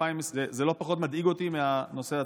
זה לא פחות מדאיג אותי מהנושא עצמו.